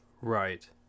Right